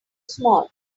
small